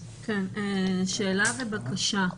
שאלה ובקשה.